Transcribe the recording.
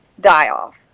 die-off